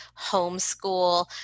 homeschool